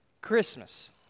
Christmas